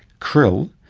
krill,